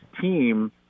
team